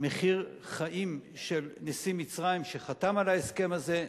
מחיר החיים של נשיא מצרים שחתם על ההסכם הזה,